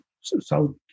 south